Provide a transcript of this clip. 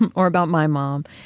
um or about my mom,